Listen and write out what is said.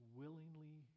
willingly